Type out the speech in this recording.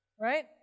right